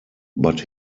but